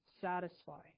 satisfy